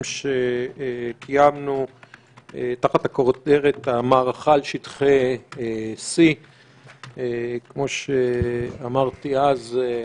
שקיימנו תחת הכותרת: המערכה על שטחי C. כמו שאמרתי אז,